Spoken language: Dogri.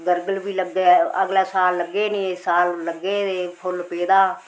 गरगल बी लग्गे अगले साल लग्गे नी इस साल लग्गे दे फुल्ल पेदा